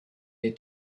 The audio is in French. est